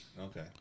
Okay